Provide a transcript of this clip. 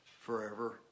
forever